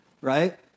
right